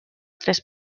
tres